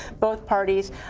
both parties.